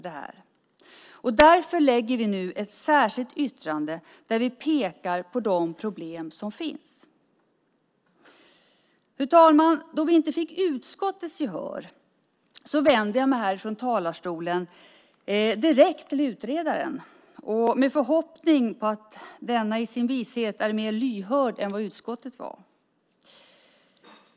Därför lämnar vi ett särskilt yttrande där vi pekar på de problem som finns. Fru talman! Då vi inte fick utskottets gehör vänder jag mig från talarstolen direkt till utredaren med förhoppningen att denne i sin vishet är mer lyhörd än utskottet.